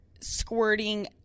squirting